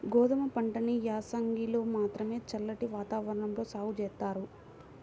గోధుమ పంటని యాసంగిలో మాత్రమే చల్లటి వాతావరణంలో సాగు జేత్తారు